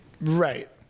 Right